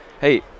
hey